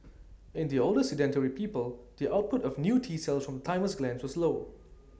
in the older sedentary people the output of new T cells from the thymus glands was low